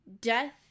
Death